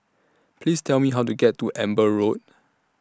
Please Tell Me How to get to Amber Road